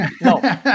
no